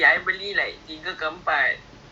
oh distant eh jauh lah tu